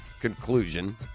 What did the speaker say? conclusion